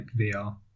vr